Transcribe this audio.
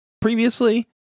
Previously